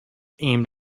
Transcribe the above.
aimed